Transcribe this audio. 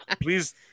please